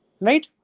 Right